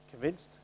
Convinced